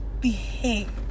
behave